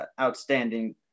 outstanding